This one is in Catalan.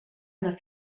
una